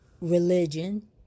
religion